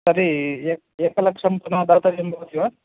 तर्हि ए एकलक्षं पुनः दातव्यं भवति वा